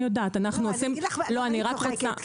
ואני יודעת --- אני אגיד למה אני קופצת,